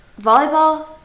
Volleyball